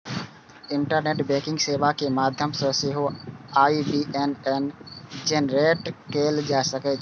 internet banking सेवा के माध्यम सं सेहो आई.बी.ए.एन जेनरेट कैल जा सकै छै